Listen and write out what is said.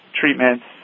treatments